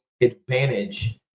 advantage